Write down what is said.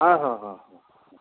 ହଁ ହଁ ହଁ ହଁ